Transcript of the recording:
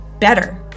better